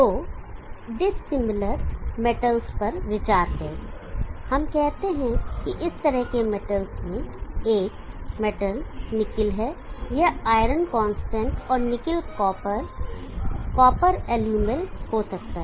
दो dissimilar metals पर विचार करें हम कहते हैं इस तरह के मेटल्स में से एक निकिल है यह आयरन कांस्टेंट और निकिल कॉपर कॉपर एल्यूमेल हो सकता है